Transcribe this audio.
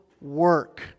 work